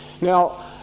Now